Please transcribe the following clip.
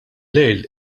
lejl